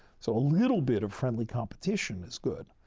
so, a little bit of friendly competition is good.